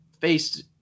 faced